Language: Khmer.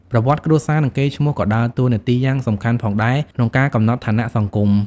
ប្រវត្តិគ្រួសារ និងកេរ្តិ៍ឈ្មោះក៏ដើរតួនាទីយ៉ាងសំខាន់ផងដែរក្នុងការកំណត់ឋានៈសង្គម។